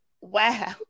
Wow